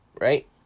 Right